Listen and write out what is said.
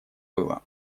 было